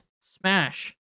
Smash